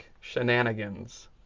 shenanigans